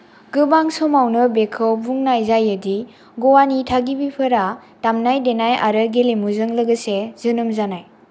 गोबां समावनो बेखौ बुंनाय जायोदि गवानि थागिबिफोरा दामनाय देनाय आरो गेलेमुजों लोगोसे जोनोम जानाय